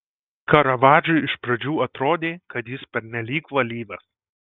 karavadžui iš pradžių atrodė kad jis pernelyg valyvas